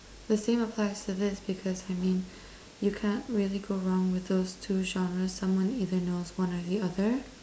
the same apply to this because I mean you can't really go wrong with those two genres someone either knows one or the other